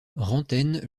rantaine